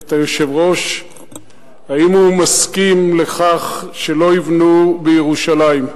את היושב-ראש אם הוא מסכים לכך שלא יבנו בירושלים.